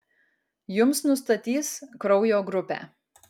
jums nustatys kraujo grupę